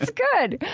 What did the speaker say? good